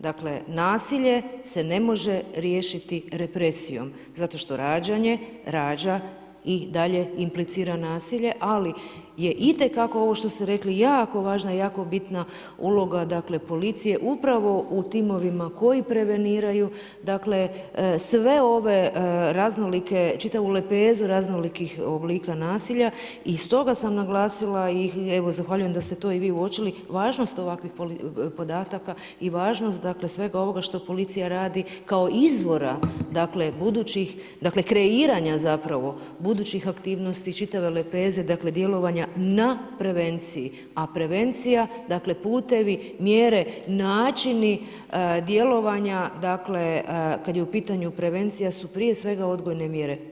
Dakle, nasilje se ne može riješiti represijom zato što rađanje rađa i dalje implicira nasilje, ali je itekako, ovo što ste rekli, jako važna i jako bitna uloga dakle, policije, upravo u timovima koji preveniraju dakle, sve ove raznolike, čitavu lepezu raznolikih oblika nasilja i stoga sam naglasila i evo, zahvaljujem da ste to i vi uočili važnost ovakvih podataka i važnost svega ovoga što policija radi kao izvora budućih, dakle, kreiranja zapravo budućih aktivnosti čitave lepeze dakle, djelovanja na prevenciji, a prevencija dakle, putevi, mjere, načini djelovanja dakle, kad je u pitanju prevencija su prije svega odgojne mjere.